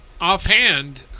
offhand